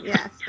Yes